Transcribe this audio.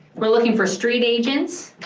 we're looking for street agents.